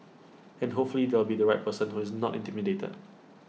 and hopefully there will be the right person who is not intimidated